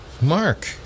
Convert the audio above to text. Mark